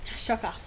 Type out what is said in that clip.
Shocker